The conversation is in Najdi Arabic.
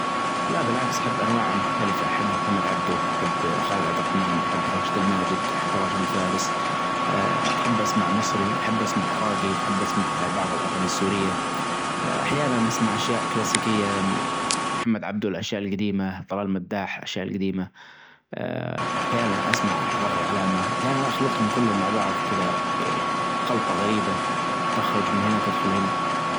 لا بالعكس أحب أنواع مختلفة، أحب محمد عبده أحب خالد عبد الرحمن أحب راشد الماجد أحب راشد الفارس أحب أسمع مصري أحب أسمع عراجى أحب أسمع بعض الأغاني السورية أحيانا أسمع أشياء كلاسيكية محمد عبده الأشياء الجديمة طلال المداح الأشياء الجديمة، أحيانا أسمع راغب علامة، أحيانا أخلطهم كلهم على بعض كدا خلطة غريبة تخرج من هنا تدخل هنا.